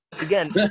Again